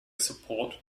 support